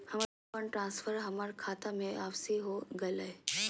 हमर fund transfer हमर खता में वापसी हो गेलय